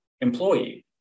employee